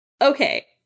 Okay